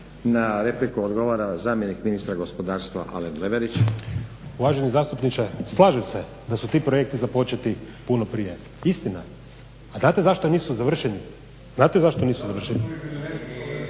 Na repliku odgovara zamjenik ministra gospodarstva Alen Leverić. **Leverić, Alen** Uvaženi zastupniče, slažem se da su ti projekti započeti puno prije. Istina je. A znate zašto nisu završeni, znate zašto nisu završeni?